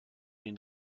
den